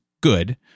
good